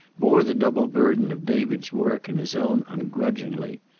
bore the double burden of david's work and his own ungrudgingly,